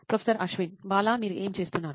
professor Ashwin Bala మీరు ఏమి చేస్తున్నారు